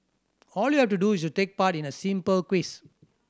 all you have to do is take part in a simple quiz